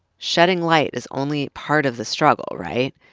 shedding light is only part of the struggle, right?